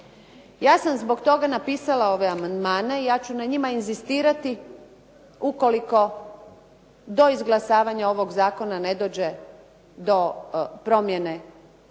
Ja sam zbog toga napisala ove amandmane, i ja ću na njima inzistirati ukoliko do izglasavanja ovog zakona ne dođe do promjene stava